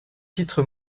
titre